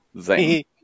Zane